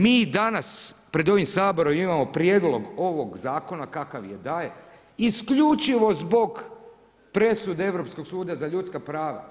Mi danas pred ovim Saborom imamo Prijedlog ovog zakona, kakav je da je isključivo zbog presude Europskog suda za ljudska prava.